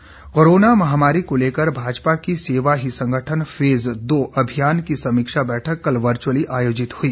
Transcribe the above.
सेवा ही संगठन कोरोना महामारी को लेकर भाजपा के सेवा ही संगठन फेज दो अभियान की समीक्षा बैठक कल वर्च्यअली आयोजित हुई